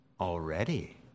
already